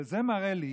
וזה מראה לי